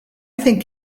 think